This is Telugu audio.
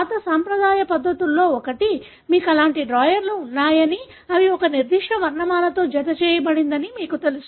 పాత సాంప్రదాయక పద్ధతుల్లో ఒకటి మీకు అలాంటి డ్రాయర్లు ఉన్నాయని అవి ఒక నిర్దిష్ట వర్ణమాలతో జతచేయబడిందని మీకు తెలుసు